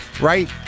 right